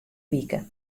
wike